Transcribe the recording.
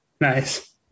Nice